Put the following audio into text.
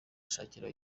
ashakira